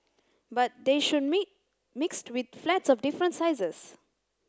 but they should mixed with flats of different sizes